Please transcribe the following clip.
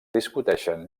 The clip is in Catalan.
discuteixen